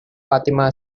fatima